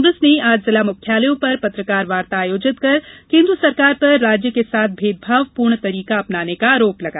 कांप्रेस ने आज जिला मुख्यालयों पर पत्रकार वार्ता आयोजित कर केन्द्र सरकार पर राज्य के साथ भेदभाव पूर्ण तरीका अपनाने का आरोप लगाया